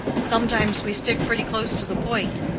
sometimes we stick pretty close to the point.